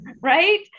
Right